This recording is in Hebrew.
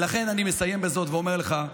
ולכן אני מסיים בזאת ואומר לך,